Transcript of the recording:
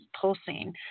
pulsing